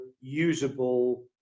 usable